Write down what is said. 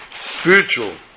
spiritual